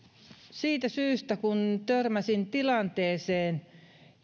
siitä syystä kun törmäsin tilanteeseen